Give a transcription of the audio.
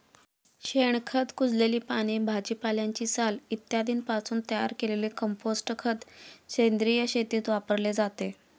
शेणखत, कुजलेली पाने, भाजीपाल्याची साल इत्यादींपासून तयार केलेले कंपोस्ट खत सेंद्रिय शेतीत वापरले जाते